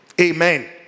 amen